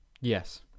Yes